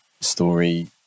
story